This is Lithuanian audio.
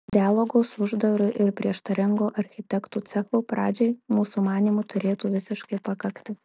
dialogo su uždaru ir prieštaringu architektų cechu pradžiai mūsų manymu turėtų visiškai pakakti